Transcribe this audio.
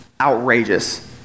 outrageous